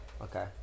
Okay